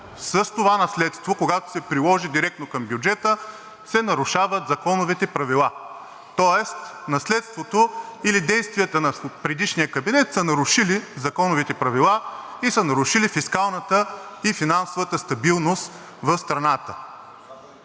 с това наследство, когато се приложи директно към бюджета, се нарушават законовите правила. Тоест наследството или действията на предишния кабинет са нарушили законовите правила и са нарушили фискалната и финансовата стабилност в страната